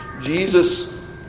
Jesus